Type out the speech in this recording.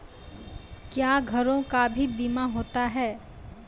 क्या घरों का भी बीमा होता हैं?